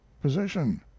position